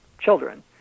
children